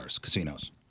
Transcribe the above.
casinos